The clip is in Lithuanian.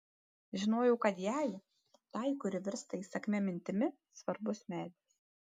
žinojau kad jai tai kuri virsta įsakmia mintimi svarbus medis